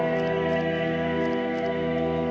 and